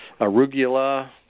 arugula